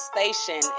Station